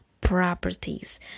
properties